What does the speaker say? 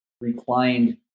reclined